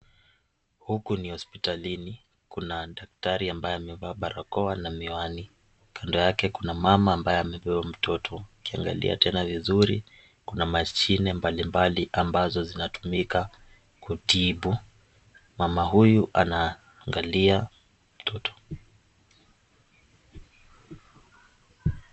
Huku ni hospitalini, kuna daktari ambaye amevaa barakoa na miwani, kando yake kuna mama ambaye amebeba mtoto, ukiangalia tena vizuri kuna mashine mbalimbali ambazo zinatumika kutibu, mama huyu anaangalia mtoto.